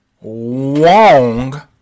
Wong